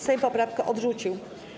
Sejm poprawkę odrzucił.